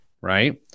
right